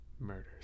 murders